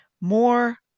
more